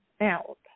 out